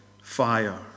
fire